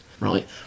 Right